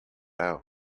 out